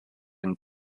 and